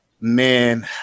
man